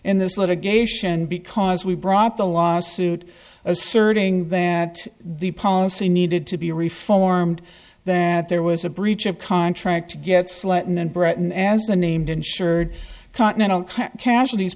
in this litigation because we brought the lawsuit asserting that the policy needed to be reformed that there was a breach of contract to get slaton in britain as the named insured continental casualties